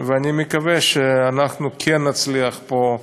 ואני מקווה שכן נצליח פה,